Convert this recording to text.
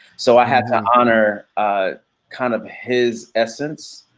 so i had to honor ah kind of his essence,